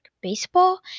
Baseball